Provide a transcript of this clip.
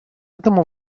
этому